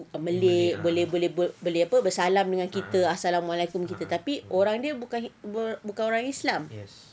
malay boleh bersalam dengan kita assalamualaikum kita tapi